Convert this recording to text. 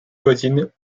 voisines